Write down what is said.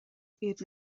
iad